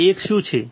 આ એક શું છે